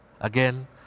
Again